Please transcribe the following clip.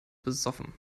besoffen